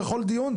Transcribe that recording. כל דיון,